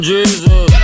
Jesus